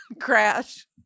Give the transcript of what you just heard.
Crash